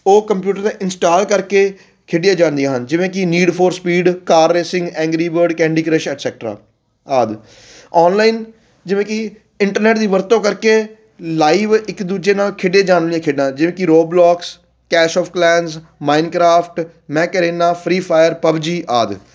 ਉਹ ਕੰਪਿਊਟਰ ਦਾ ਇੰਸਟਾਲ ਕਰਕੇ ਖੇਡੀਆਂ ਜਾਂਦੀਆਂ ਹਨ ਜਿਵੇਂ ਕਿ Need for Speed car racing Angry Bird Candy Crush etcetera ਆਦਿ ਔਨਲਾਈਨ ਜਿਵੇਂ ਕਿ ਇੰਟਰਨੈਟ ਦੀ ਵਰਤੋਂ ਕਰਕੇ ਲਾਈਵ ਇੱਕ ਦੂਜੇ ਨਾਲ ਖੇਡੇ ਜਾਣ ਵਾਲੀਆਂ ਖੇਡਾਂ ਜਿਵੇਂ ਕਿ Roblox Clash of Clans Minecraft ਮੈਂਕਰੇਨਾ ਫਰੀ ਫਾਇਰ ਪਬ ਜੀ ਆਦਿ